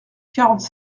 quarante